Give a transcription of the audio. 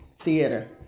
theater